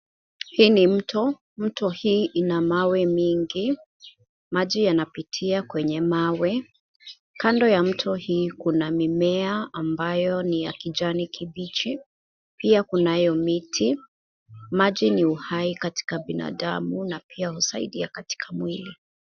Hii ni mto. Mto hii ina mawe mingi. Maji yanapitia kwenye mawe. Kando ya mto hii kuna mimea ambayo ni ya kijani kibichi. Pia kunayo miti. Maji ni uhai katika binadamu na pia husaidia katika mwili.